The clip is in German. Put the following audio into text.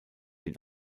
den